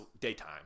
daytime